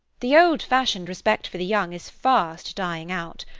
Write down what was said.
the old-fashioned respect for the young is fast dying out.